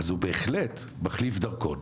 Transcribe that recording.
אז הוא בהחלט מחליף דרכון,